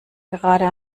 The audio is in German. gerade